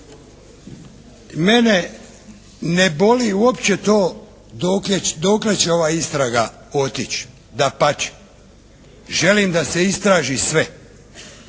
Mene ne boli uopće to dokle će ova istraga otići, dapače želim da se istraži sve.